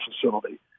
facility